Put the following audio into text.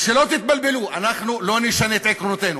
שלא תתבלבלו, אנחנו לא נשנה את עקרונותינו.